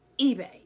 ebay